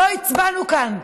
לא הצבענו כאן.